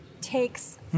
takes